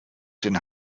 den